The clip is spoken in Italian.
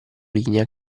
linea